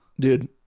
dude